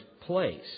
place